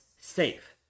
safe